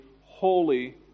holy